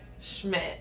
Schmidt